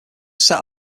set